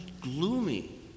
gloomy